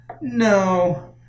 No